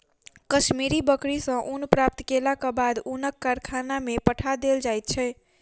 कश्मीरी बकरी सॅ ऊन प्राप्त केलाक बाद ऊनक कारखाना में पठा देल जाइत छै